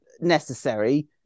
necessary